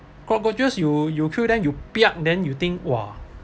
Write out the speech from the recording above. cockroaches you you kill them you piak then you think !wah!